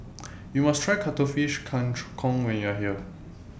YOU must Try Cuttlefish Kang Kong when YOU Are here